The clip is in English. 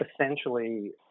essentially